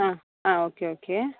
ஆ ஆ okay okay